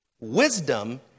wisdom